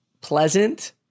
pleasant